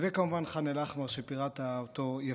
וכמובן ח'אן אל-אחמר, שפירטת אותו יפה.